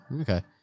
okay